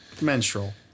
Menstrual